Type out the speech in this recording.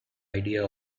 idea